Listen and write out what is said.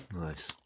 Nice